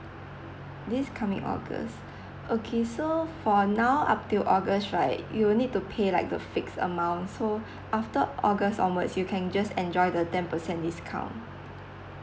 this coming august okay so for now up to august right you need to pay like the fixed amount so after august onwards you can just enjoy the ten percent discount